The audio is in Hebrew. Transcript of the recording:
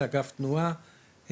לאגף תנועה,